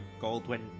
Goldwyn